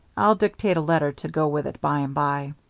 i'll dictate a letter to go with it by and by.